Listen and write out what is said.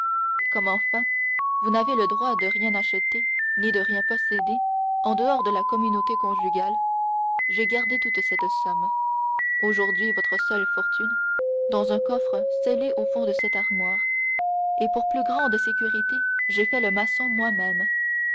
comme enfin vous n'avez le droit de rien acheter ni de rien posséder en dehors de la communauté conjugale j'ai gardé toute cette somme aujourd'hui votre seule fortune dans un coffre scellé au fond de cette armoire et pour plus grande sécurité j'ai fait le maçon moi-même